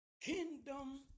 Kingdom